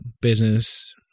business